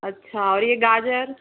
अच्छा और ये गाजर